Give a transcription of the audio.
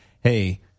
hey